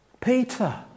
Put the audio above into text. Peter